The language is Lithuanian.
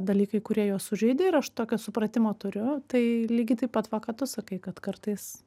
dalykai kurie juos sužeidė ir aš tokio supratimo turiu tai lygiai taip pat va ką tu sakai kad kartais